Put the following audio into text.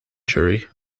jury